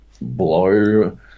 blow